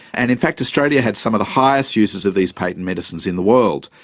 and in fact australia had some of the highest uses of these patent medicines in the world.